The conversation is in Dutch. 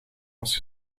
was